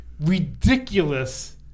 ridiculous